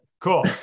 Cool